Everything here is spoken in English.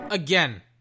Again